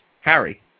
Harry